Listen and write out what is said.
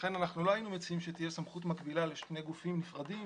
ולכן אנחנו לא היינו מציעים שתהיה סמכות מקבילה לשני גופים נפרדים